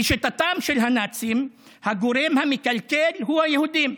לשיטתם של הנאצים הגורם המקלקל הוא היהודים,